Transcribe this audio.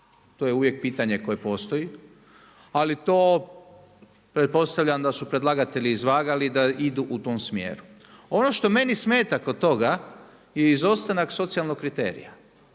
To je uvijek pitanje koje postoji. Ali to pretpostavljam da su predlagatelji izvagali i da idu u tom smjeru. Ono što meni smeta kod toga je izostanak socijalnog kriterija.